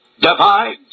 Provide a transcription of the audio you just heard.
divine